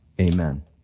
amen